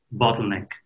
bottleneck